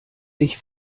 ich